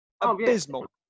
Abysmal